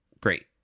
great